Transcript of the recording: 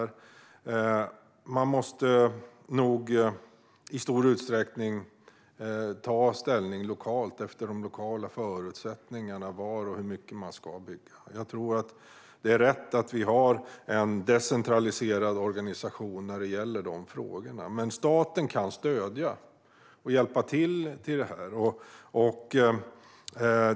Man måste nog i stor utsträckning ta ställning lokalt utifrån de lokala förutsättningarna till var och hur mycket man ska bygga. Jag tror att det är rätt att vi har en decentraliserad organisation när det gäller dessa frågor. Men staten kan stödja och hjälpa till här.